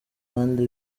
kandi